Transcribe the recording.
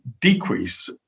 decrease